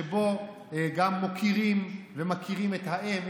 שבו גם מוקירים ומכירים את האם,